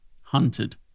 Hunted